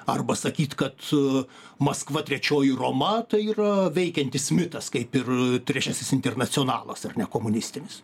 arba sakyt kad maskva trečioji roma tai yra veikiantis mitas kaip ir trečiasis internacionalas ar ne komunistinis